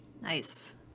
Nice